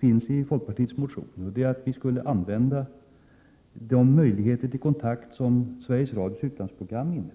finns i folkpartiets motioner och går ut på att man skulle använda de möjligheter till kontakt som Sveriges Radios utlandsprogram innebär.